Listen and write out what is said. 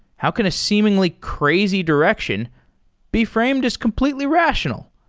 how can a seemingly crazy direction be framed as completely rational?